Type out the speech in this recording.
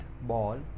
ball